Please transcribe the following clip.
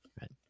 right